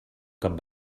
cap